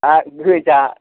आरो गोजा